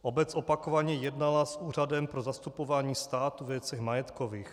Obec opakovaně jednala s Úřadem pro zastupování státu ve věcech majetkových.